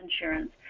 insurance